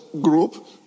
group